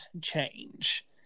change